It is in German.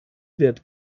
wird